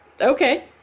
Okay